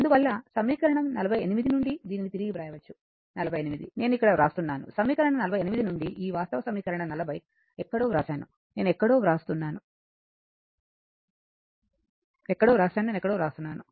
అందువల్ల సమీకరణం 48 నుండి దీనిని తిరిగి వ్రాయవచ్చు 48 నేను ఇక్కడ వ్రాస్తున్నాను సమీకరణం 48 నుండి ఈ వాస్తవ సమీకరణం 40 ఎక్కడో వ్రాసాను నేను ఎక్కడో వ్రాస్తున్నాను